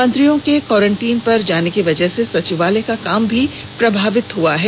मंत्रियों के क्वारेंटाइन हो जाने की वजह से सचिवालय का काम भी प्रभावित हो गया है